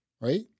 right